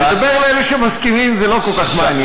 לדבר אל אלה שמסכימים זה לא כל כך מעניין.